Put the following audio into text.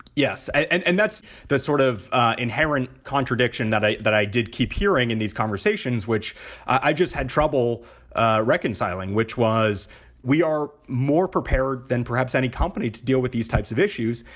yes. and and that's the sort of inherent contradiction that that i did keep hearing in these conversations, which i just had trouble ah reconciling, which was we are more prepared than perhaps any company to deal with these types of issues.